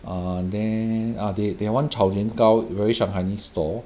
err then ah they they want 炒年糕 very shanghainese store